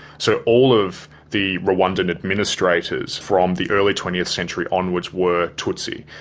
so all of the rwandan administrators, from the early twentieth century onwards, were tutsi.